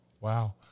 Wow